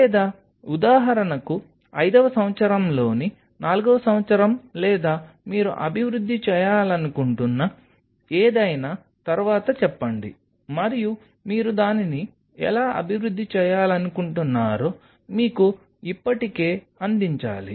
లేదా ఉదాహరణకు ఐదవ సంవత్సరంలోని నాలుగో సంవత్సరం లేదా మీరు అభివృద్ధి చేయాలనుకుంటున్న ఏదైనా తర్వాత చెప్పండి మరియు మీరు దానిని ఎలా అభివృద్ధి చేయాలనుకుంటున్నారో మీకు ఇప్పటికే అందించాలి